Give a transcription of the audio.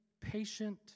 patient